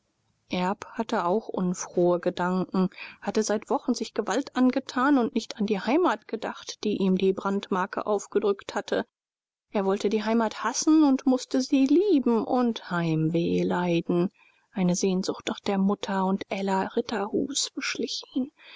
hatte auch unfrohe gedanken hatte seit wochen sich gewalt angetan und nicht an die heimat gedacht die ihm die brandmarke aufgedrückt hatte er wollte die heimat hassen und mußte sie lieben und heimweh leiden eine sehnsucht nach der mutter und ella ritterhus beschlich ihn